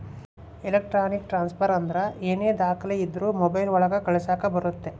electronic transfer ಅಂದ್ರ ಏನೇ ದಾಖಲೆ ಇದ್ರೂ ಮೊಬೈಲ್ ಒಳಗ ಕಳಿಸಕ್ ಬರುತ್ತೆ